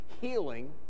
healing